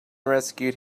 rescued